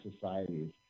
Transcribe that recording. societies